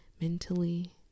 mentally